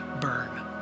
burn